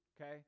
okay